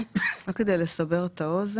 גם אם לא מחייבים הסתמכות על חוות דעת,